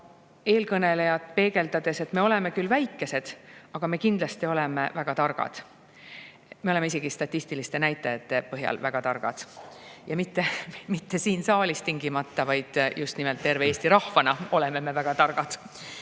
Eelkõnelejaid peegeldades, me oleme küll väikesed, aga me oleme kindlasti väga targad, me oleme isegi statistiliste näitajate põhjal väga targad – mitte meie siin saalis tingimata, vaid just nimelt Eesti rahvana oleme me väga targad